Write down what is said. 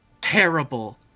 terrible